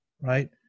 right